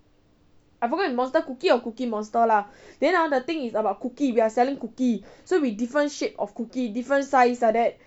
I forgot it's monster cookie or cookie monster lah then ah the thing is about cookie we are selling cookie so we different shape of cookie different size like that